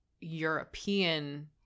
European